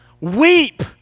Weep